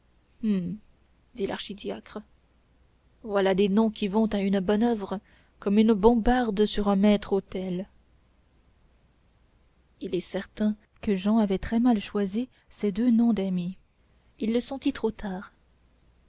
dit l'archidiacre voilà des noms qui vont à une bonne oeuvre comme une bombarde sur un maître-autel il est certain que jehan avait très mal choisi ses deux noms d'amis il le sentit trop tard